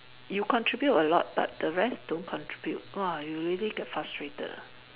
you contribute a lot but the rest don't contribute !wah! you really get frustrated ah